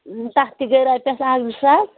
تَتھ تہِ گٔے رۄپیَس اَکھ زٕ ساس